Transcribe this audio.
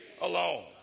alone